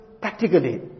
practically